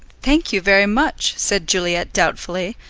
thank you very much, said juliet doubtfully.